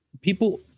people